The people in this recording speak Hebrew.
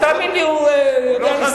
תאמין לי, הוא יודע לשרוד.